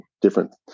different